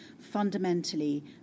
fundamentally